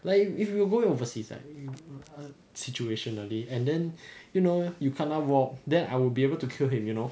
like if if you going overseas right um in situation only and then you know you cannot walk then I will be able to kill him you know